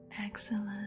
excellent